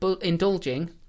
indulging